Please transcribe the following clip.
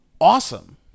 Awesome